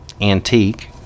antique